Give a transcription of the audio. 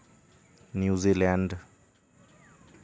New Zealand